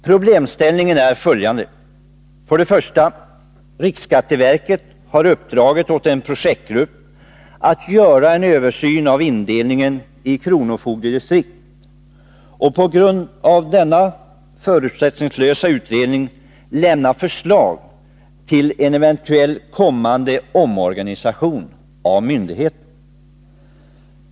Problemställningen är följande: Riksskatteverket har uppdragit åt en projektgrupp att göra en översyn av indelningen i kronofogdedistrikt och på grundval av en förutsättningslös utredning lämna förslag till en eventuell omorganisation av myndigheterna.